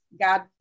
God